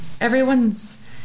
everyone's